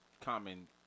common